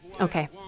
Okay